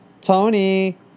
Tony